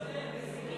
חבר הכנסת זאב,